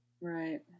Right